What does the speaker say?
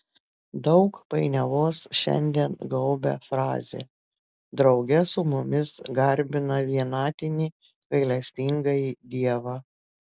daug painiavos šiandien gaubia frazę drauge su mumis garbina vienatinį gailestingąjį dievą